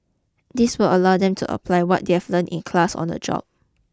this will allow them to apply what they have learnt in class on the job